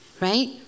right